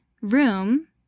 room